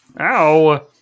Ow